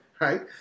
right